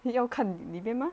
你要看你里面吗